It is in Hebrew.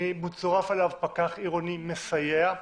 מצורף אליו פקח עירוני מסייע,